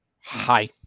Hi